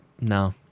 No